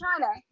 China